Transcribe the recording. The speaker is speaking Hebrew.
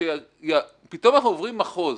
כשפתאום אנחנו עוברים מחוז,